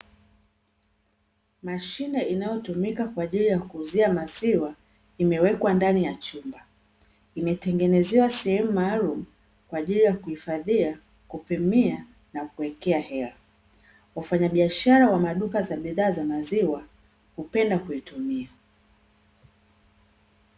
Mashine inayotumika kwa ajili ya kuuzia maziwa imewekwa ndani ya chumba. Imetengenezewa sehemu maalumu kwa ajili ya kuhifadhia, kupimia na kuwekea hela. Wafanyabiashara wa maduka za bidhaa za maziwa hupenda kuitumia.